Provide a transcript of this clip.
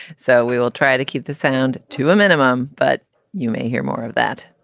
so we'll we'll try to keep the sound to a minimum. but you may hear more of that,